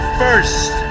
first